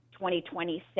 2026